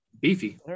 beefy